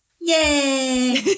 Yay